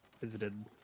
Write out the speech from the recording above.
visited